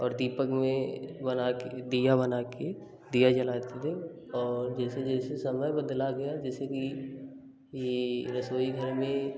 और दीपक में बना कर दिया बना कर दिया जलाते थे और जैसे जैसे समय बदला गया जैसे कि ये रसोई घर में